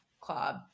club